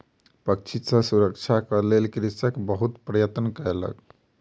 पक्षी सॅ सुरक्षाक लेल कृषक बहुत प्रयत्न कयलक